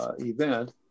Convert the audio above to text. event